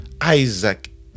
Isaac